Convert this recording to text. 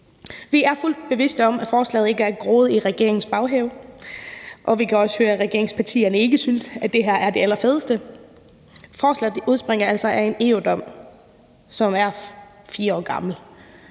Vi er fuldt bevidste om, at forslaget ikke er groet i regeringens baghave, og vi kan også høre, at regeringspartierne ikke synes, at det her er det allerfedeste. Forslaget udspringer altså af en EU-dom, som er 4 år gammel,